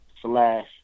slash